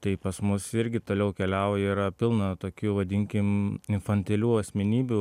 tai pas mus irgi toliau keliauja yra pilna tokių vadinkim infantilių asmenybių